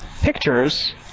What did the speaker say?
pictures